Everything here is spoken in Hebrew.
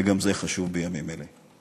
וגם זה חשוב בימים אלה.